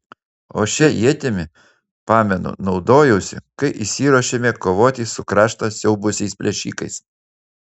o šia ietimi pamenu naudojausi kai išsiruošėme kovoti su kraštą siaubusiais plėšikais